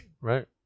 Right